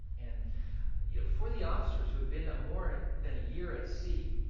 and yeah for the officers who had been more than a year at sea,